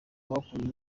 bakuye